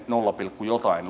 nolla pilkku jotain